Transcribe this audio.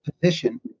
position